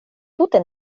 tute